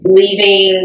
leaving